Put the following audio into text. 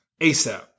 ASAP